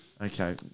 Okay